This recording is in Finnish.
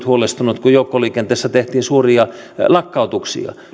huolestunut kun joukkoliikenteessä tehtiin suuria lakkautuksia